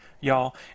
y'all